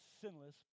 sinless